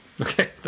Okay